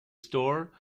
store